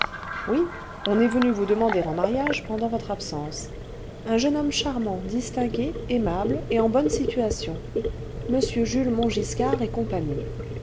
oui on est venu vous demander en mariage pendant votre absence un jeune homme charmant distingué aimable et en bonne situation m jules montgiscarcl et cîe